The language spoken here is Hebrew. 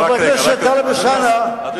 חבר הכנסת טלב אלסאנע, היסטוריה.